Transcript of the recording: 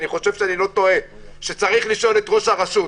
אני חושב שאני לא טועה שצריך לשאול את ראש הרשות.